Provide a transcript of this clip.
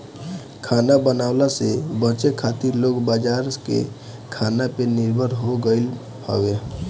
खाना बनवला से बचे खातिर लोग बाजार के खाना पे निर्भर हो गईल हवे